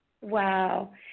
Wow